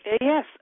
Yes